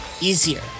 easier